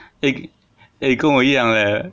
eh eh 跟我一样 leh